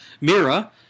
Mira